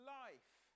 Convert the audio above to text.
life